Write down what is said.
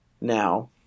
Now